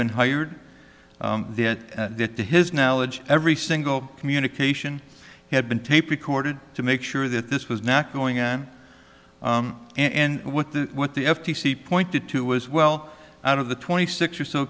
been hired that to his knowledge every single communication had been tape recorded to make sure that this was not going on and what the what the f t c pointed to was well out of the twenty six or so